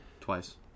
Twice